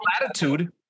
latitude